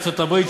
בארצות-הברית,